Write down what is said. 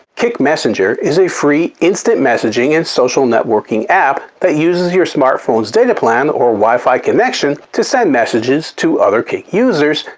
kik messenger is a free instant messaging and social networking app that uses your smartphone's data plan or wi-fi connection to send messages to other kik users,